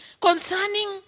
concerning